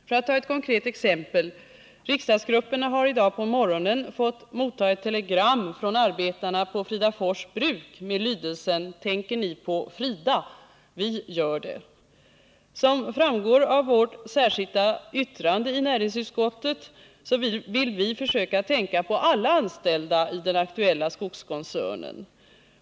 För att ta ett konkret exempel: riksdagsgrupperna har i dag på morgonen fått mottaga ett telegram från arbetarna på Fridafors bruk med lydelsen ”Tänker ni på Frida? Vi gör det!” Som framgår av vårt särskilda yttrande till näringsutskottets betänkande vill vi försöka tänka på alla anställda i den aktuella skogskoncernen.